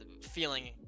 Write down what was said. feeling